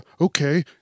okay